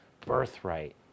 birthright